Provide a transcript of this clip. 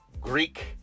Greek